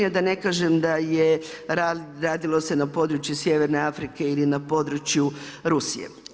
A da ne kažem, da se radilo na području sjeverne Afrike ili na području Rusije.